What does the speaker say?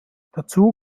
dazu